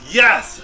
yes